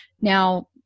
Now